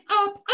up